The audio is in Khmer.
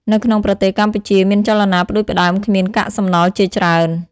នៅក្នុងប្រទេសកម្ពុជាមានចលនាផ្តួចផ្តើមគ្មានកាកសំណល់ជាច្រើន។